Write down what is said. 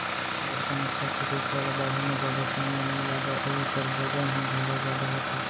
बड़का नसल के कुकरा ल बाढ़े म जादा समे नइ लागय अउ एकर बजन ह घलौ जादा होथे